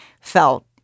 felt